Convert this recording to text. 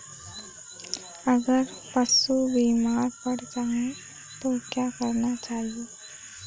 अगर पशु बीमार पड़ जाय तो क्या करना चाहिए?